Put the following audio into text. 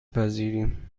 پذیریم